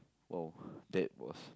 oh that was